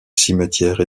cimetière